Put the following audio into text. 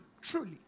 truly